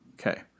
Okay